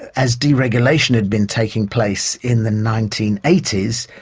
as deregulation had been taking place in the nineteen eighty s,